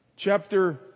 Chapter